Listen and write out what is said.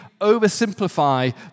oversimplify